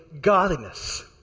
godliness